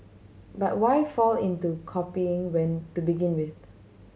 but why fall into copying when to begin with